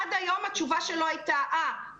עד היום התשובה שלו הייתה,: אה,